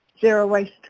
zero-waste